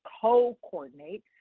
co-coordinate –